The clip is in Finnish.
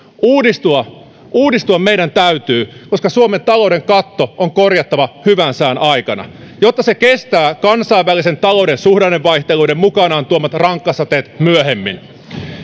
uudistua uudistua meidän täytyy koska suomen talouden katto on korjattava hyvän sään aikana jotta se kestää kansainvälisen talouden suhdannevaihteluiden mukanaan tuomat rankkasateet myöhemmin